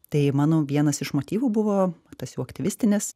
tai manau vienas iš motyvų buvo tas jau aktyvistinis